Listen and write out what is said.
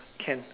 can